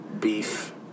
Beef